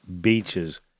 beaches